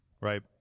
right